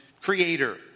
creator